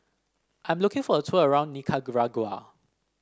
I am looking for a tour around Nicaragua